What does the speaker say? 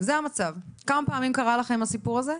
כמה פעמים קרה לכם הסיפור הזה?